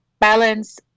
balance